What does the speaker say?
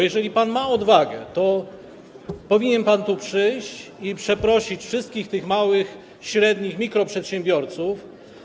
Jeżeli pan ma odwagę, to powinien pan tu przyjść i przeprosić wszystkich tych mikro-, małych i średnich przedsiębiorców.